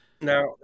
Now